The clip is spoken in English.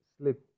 sleep